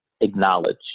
acknowledge